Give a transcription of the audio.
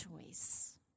choice